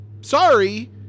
sorry